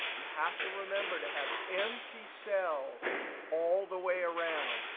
you have to remember to have empty cells all the way around.